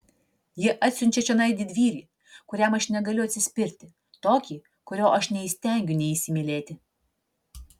jie atsiunčia čionai didvyrį kuriam aš negaliu atsispirti tokį kurio aš neįstengiu neįsimylėti